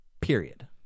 Period